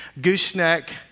gooseneck